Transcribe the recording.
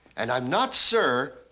and i'm not sir,